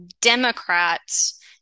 Democrats